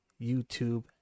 YouTube